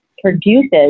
produces